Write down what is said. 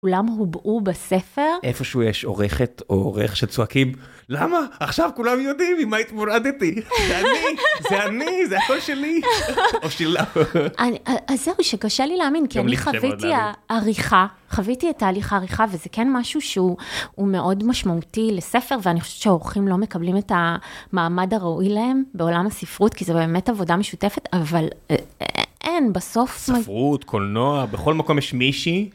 כולם הובעו בספר. איפשהו יש עורכת או עורך שצועקים, למה? עכשיו כולם יודעים עם מה התמודדתי. זה אני, זה אני, זה הקול שלי. או שלה... אז זהו שקשה לי להאמין, כי אני חוויתי עריכה, חוויתי את תהליך העריכה, וזה כן משהו שהוא מאוד משמעותי לספר, ואני חושבת שהעורכים לא מקבלים את המעמד הראוי להם בעולם הספרות, כי זו באמת עבודה משותפת, אבל אין בסוף... ספרות, קולנוע, בכל מקום יש מישהי.